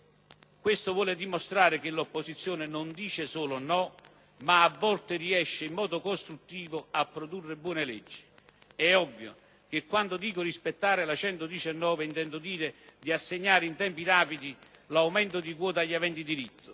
Questo vuole dimostrare che l'opposizione non dice solo no, ma a volte riesce in modo costruttivo a produrre buone leggi. Quando parlo di rispetto della legge n. 119 intendo dire di assegnare in tempi rapidi l'aumento di quota agli aventi diritto.